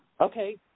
Okay